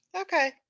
Okay